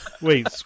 Wait